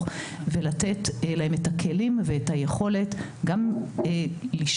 ולתת להם את הכלים ואת היכולת גם לשמוע,